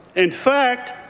in fact,